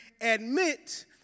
admit